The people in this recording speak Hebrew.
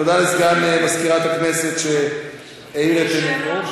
תודה לסגן מזכירת הכנסת שהאיר את עינינו.